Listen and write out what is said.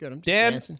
Dan